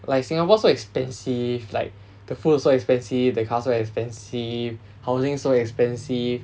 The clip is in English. like singapore so expensive like the food so expensive the car so expensive housing so expensive